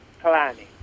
planning